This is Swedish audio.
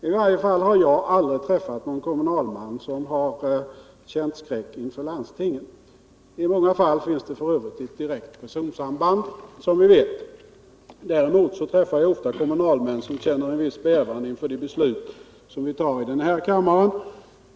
I varje fall har jag aldrig träffat någon kommunalman, som har känt skräck inför landstinget. I många fall finns f. ö. ett direkt personsamband. Däremot träffar jag ofta kommunalmän, som känner en viss bävan inför de beslut som vi fattar i denna kammare.